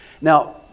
Now